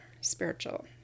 spiritual